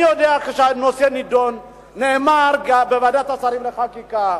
אני יודע שכאשר הנושא נדון נאמר בוועדת השרים לחקיקה,